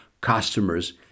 customers